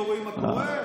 לא רואים מה קורה?